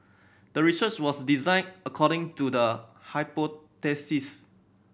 the research was designed according to the hypothesis